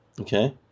Okay